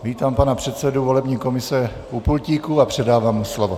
Vítám pana předsedu volební komise u pultíku a předávám mu slovo.